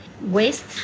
waste